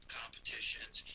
competitions